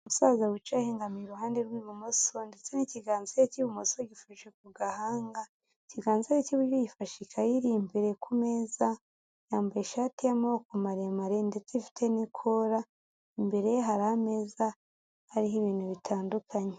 Umusaza wicaye ahengamiye iruhande rw'ibumoso ndetse n'ikiganza cye cy'ibumoso gifashe ku gahanga, ikiganza cye cy'iburyo gifashe ikayi iri imbere ku meza, yambaye ishati y'amaboko maremare ndetse ifite n'ikora, imbere ye hari ameza ariho ibintu bitandukanye.